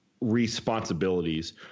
responsibilities